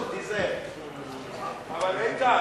לא חשוב, אל תתחיל אתי, אבל, איתן,